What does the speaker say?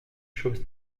chose